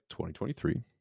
2023